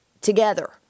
together